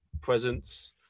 presence